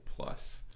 Plus